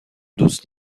دوست